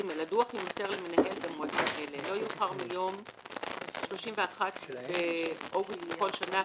הדוח יימסר למנהל במועדים אלה: לא יאוחר מיום 30 באוגוסט בכל שנה,